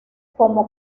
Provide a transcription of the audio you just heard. como